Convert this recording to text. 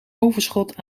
overschot